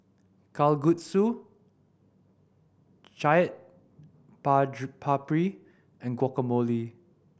Kalguksu Chaat Papri and Guacamole